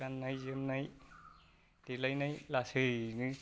गान्नाय जोमनाय देलायनाय लासैनो